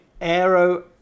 aero